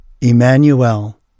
Emmanuel